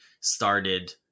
started